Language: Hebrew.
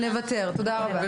נוותר על ההרחבה.